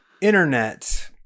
internet